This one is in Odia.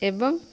ଏବଂ